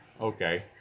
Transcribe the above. Okay